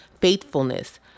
faithfulness